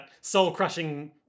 soul-crushing